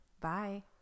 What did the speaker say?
Bye